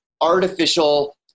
artificial